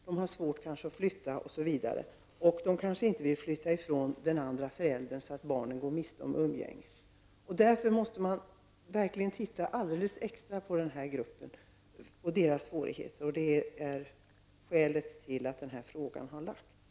De har svårt att flytta till annan ort och för barnens skull kanske de inte vill flytta ifrån den ort där den andra föräldern bor. Därför måste man se extra noga på denna grupp och dess svårigheter. Det är anledningen till att denna fråga har framställts.